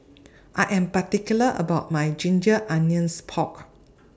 I Am particular about My Ginger Onions Pork